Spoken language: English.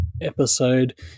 episode